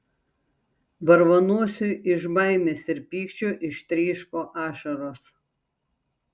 varvanosiui iš baimės ir pykčio ištryško ašaros